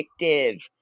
addictive